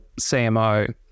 CMO